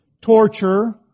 torture